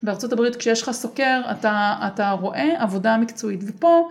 בארה״ב כשיש לך סוקר אתה רואה עבודה מקצועית ופה